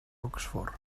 oxford